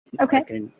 Okay